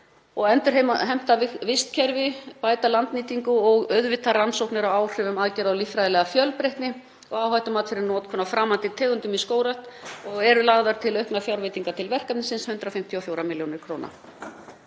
endurheimta vistkerfi, bæta landnýtingu og auðvitað rannsóknir á áhrifum aðgerða á líffræðilega fjölbreytni og áhættumat fyrir notkun á framandi tegundum í skógrækt. Eru lagðar til auknar fjárveitingar til verkefnisins, 154 millj. kr.